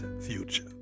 future